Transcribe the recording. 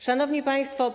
Szanowni Państwo!